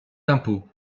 d’impôts